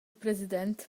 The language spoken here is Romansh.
president